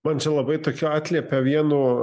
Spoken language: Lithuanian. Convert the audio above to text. man čia labai tokiu atliepia vienu